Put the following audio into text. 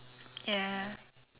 ya